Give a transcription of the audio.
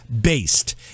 based